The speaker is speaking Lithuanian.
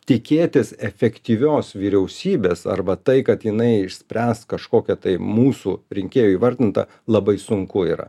tikėtis efektyvios vyriausybės arba tai kad jinai išspręs kažkokią tai mūsų rinkėjų įvardintą labai sunku yra